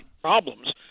problems